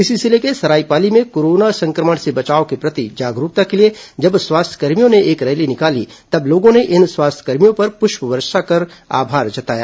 इसी जिले के सरायपाली में कोरोना संक्रमण के प्रति जागरूकता के लिए जब स्वास्थ्यकर्मियों ने एक रैली निकाली तब लोगों ने इन स्वास्थ्यकर्मियों पर पुष्पवर्षा कर आभार जताया